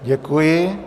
Děkuji.